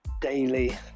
daily